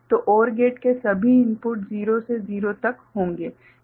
तो OR gate के सभी इनपुट 0 से 0 तक होंगे